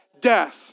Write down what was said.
Death